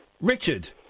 Richard